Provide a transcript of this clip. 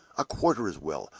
a quarter as well,